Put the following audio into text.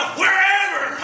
wherever